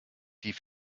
die